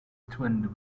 twinned